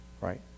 right